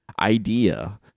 idea